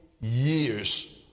years